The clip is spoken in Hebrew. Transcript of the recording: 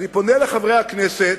אני פונה לחברי הכנסת,